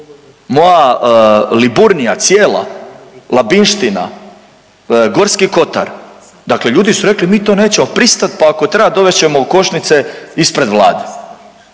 moja Liburnija cijela, Labinština, Gorski kotar, dakle ljudi su rekli mi to nećemo pristat pa ako treba dovest ćemo košnice ispred Vlade.